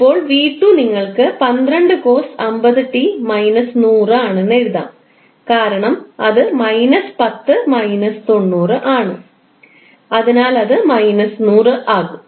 ഇപ്പോൾ 𝑣2 നിങ്ങൾക്ക് 12 cos50𝑡 − 100 ആണെന്ന് എഴുതാം കാരണം അത് 10 90 ആണ് അതിനാൽ അത് 100 ആകും